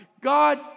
God